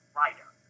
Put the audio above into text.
Writer